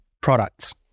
products